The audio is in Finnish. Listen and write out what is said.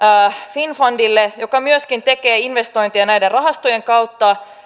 finnfundille joka myöskin tekee investointeja näiden rahastojen kautta